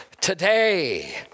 today